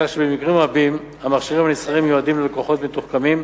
על כך שבמקרים רבים המכשירים הנסחרים מיועדים ללקוחות מתוחכמים,